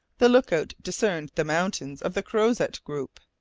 the look-out discerned the mountains of the crozet group.